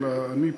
אלא אני פה,